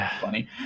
funny